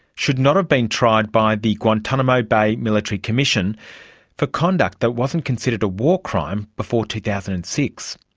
should not have been tried by the guantanamo bay military commission for conduct that wasn't considered a war crime before two thousand and six.